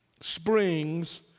springs